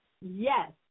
Yes